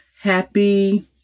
happy